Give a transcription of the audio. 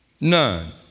None